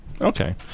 okay